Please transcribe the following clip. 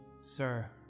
sir